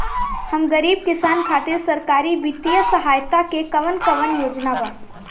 हम गरीब किसान खातिर सरकारी बितिय सहायता के कवन कवन योजना बा?